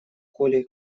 коли